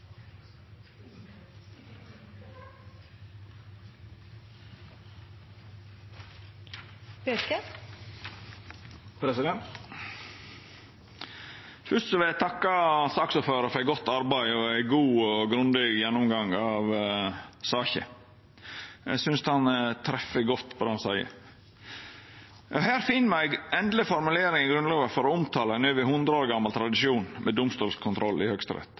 Fyrst vil eg takka saksordføraren for eit godt arbeid og leiaren for ei god og grundig gjennomgang av saka. Eg synest han treffer godt på det han seier. Her finn me ei endeleg formulering i Grunnlova for å omtala ein over 100 år gamal tradisjon med domstolskontroll i